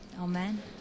Amen